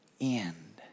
end